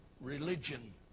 religion